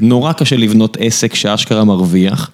נורא קשה לבנות עסק שאשכרה מרוויח.